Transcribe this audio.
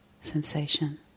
sensation